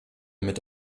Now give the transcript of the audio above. mit